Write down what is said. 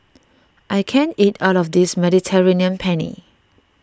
I can't eat all of this Mediterranean Penne